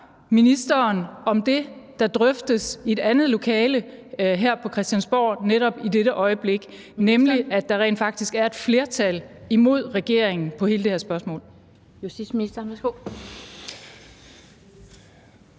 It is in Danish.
ministeren om det, der drøftes i et andet lokale her på Christiansborg netop i dette øjeblik, når der faktisk er et flertal imod regeringen på hele det her spørgsmål?